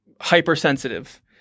hypersensitive